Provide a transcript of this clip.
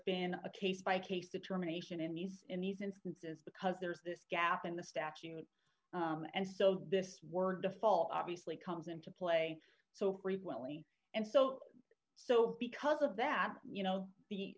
been a case by case determination in these in these instances because there's this gap in the statute and so this word default obviously comes into play so frequently and so so because of that you know the